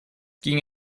ging